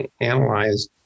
analyze